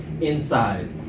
inside